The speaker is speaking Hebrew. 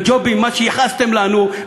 מה שייחסתם לנו,